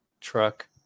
truck